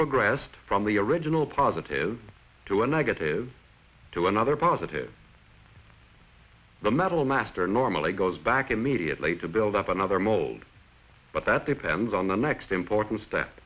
progressed from the original positive to a negative to another positive the metal master normally goes back immediately to build up another mold but that depends on the next importan